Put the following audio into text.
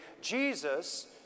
Jesus